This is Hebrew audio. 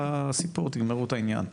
תגמרו את העניין.